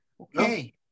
okay